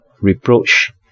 reproach